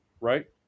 right